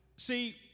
See